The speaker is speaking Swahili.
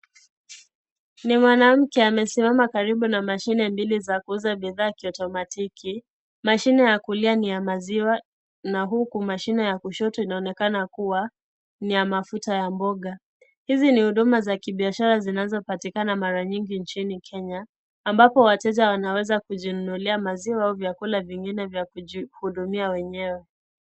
Ni mwanamke amesimama karibu na mashine mbili za kuuza baadhi kiotomatiki, mashine ya kulia ni ya maziwa na huku mashine ya kushoto inaonekana kuwa ni ya mafuta ya mboga. Hizi ni huduma za kibiashara zinazo patikana mara nyingi nchini Kenya. Ambapo wateja wanaweza kujinunulia maziwa au vitu vingine vya kujihudumia mwenyewe.